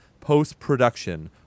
post-production